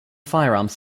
firearms